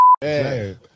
Hey